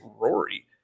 Rory